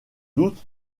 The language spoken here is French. doute